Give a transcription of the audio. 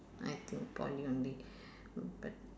I think poly only but